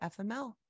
FML